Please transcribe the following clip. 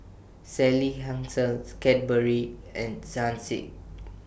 Sally Hansen's Cadbury and Sun Sick